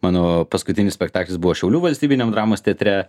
mano paskutinis spektaklis buvo šiaulių valstybiniam dramos teatre